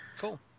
Cool